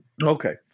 Okay